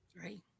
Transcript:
Right